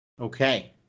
Okay